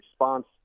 response